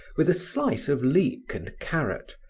with a slice of leek and carrot,